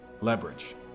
leverage